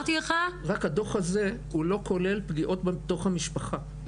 הדוח הזה לא כולל פגיעות בתוך המשפחה,